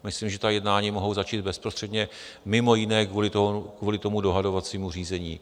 Myslím, že ta jednání mohou začít bezprostředně mimo jiné kvůli tomu dohodovacímu řízení.